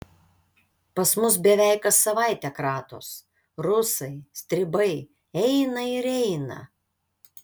pas mus beveik kas savaitę kratos rusai stribai eina ir eina